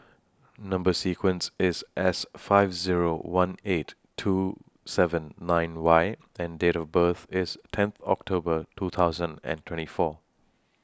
Number sequence IS S five Zero one eight two seven nine Y and Date of birth IS ten October two thousand and twenty four